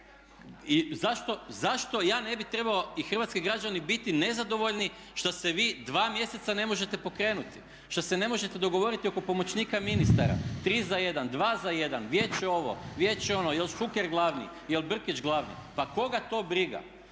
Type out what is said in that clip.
zašto ja ne bi trebao i hrvatski građani biti nezadovoljni što se vi dva mjeseca ne možete pokrenuti, što se ne možete dogovoriti oko pomoćnika ministara, tri za jedan, dva za jedan, vijeće ovo, vijeće ono, jel Šuker glavni, jel Brkić glavni? Pa koga to briga?